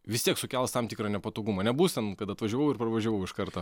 vis tiek sukels tam tikrą nepatogumą nebus ten kad atvažiavau ir pravažiavau iš karto